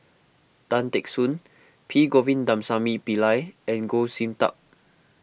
Tan Teck Soon P Govindasamy Pillai and Goh Sin Tub